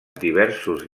diversos